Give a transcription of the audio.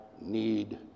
need